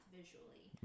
visually